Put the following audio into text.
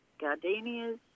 gardenias